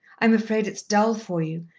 i'm afraid it's dull for you,